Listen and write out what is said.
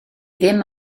ddim